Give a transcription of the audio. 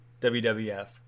WWF